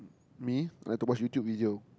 me I like to watch YouTube video